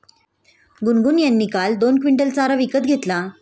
गुनगुन यांनी काल दोन क्विंटल चारा विकत घेतला